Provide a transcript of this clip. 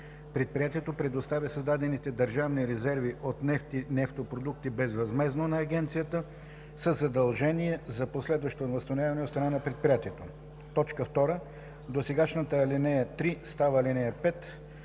предприятието предоставя създадените държавни резерви от нефт и нефтопродукти безвъзмездно на агенцията със задължение за последващо възстановяване от страна на предприятието.“ 2. Досегашната ал. 3 става ал. 5.